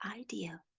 idea